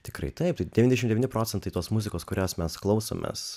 tikrai taip tai devyniasdešimt devyni procentai tos muzikos kurios mes klausomės